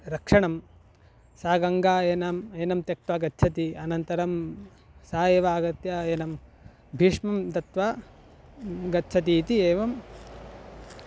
रक्षणं सा गङ्गा येन एनं त्यक्त्वा गच्छति अनन्तरं सा एव आगत्य येन भीष्मं दत्वा गच्छति इति एवं